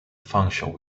function